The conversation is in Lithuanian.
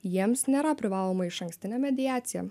jiems nėra privaloma išankstinė mediacija